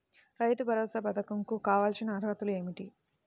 రైతు భరోసా పధకం కు కావాల్సిన అర్హతలు ఏమిటి?